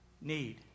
need